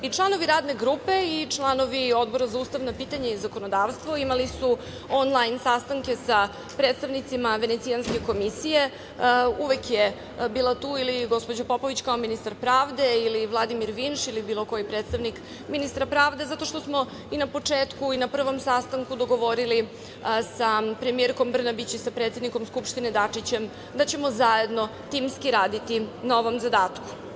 I članovi Radne grupe i članovi Odbora za ustavna pitanja i zakonodavstvo imali su on-lajn sastanke sa predstavnicima Venecijanske komisije, uvek je bila tu ili gospođa Popović kao ministar pravde ili Vladimir Vinš ili bilo koji predstavnik ministra pravde, zato što smo i na početku i na prvom sastanku dogovorili sa premijerkom Brnabić i sa predsednikom Skupštine Dačićem da ćemo zajedno, timski raditi na ovom zadatku.